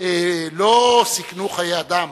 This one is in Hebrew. לא סיכנו חיי אדם,